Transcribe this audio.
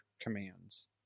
commands